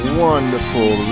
wonderful